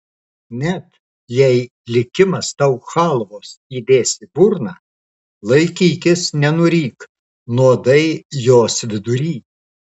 net jei likimas tau chalvos įdės į burną laikykis nenuryk nuodai jos vidury